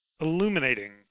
illuminating